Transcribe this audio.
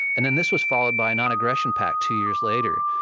and then this was followed by a nonaggression pact two years later,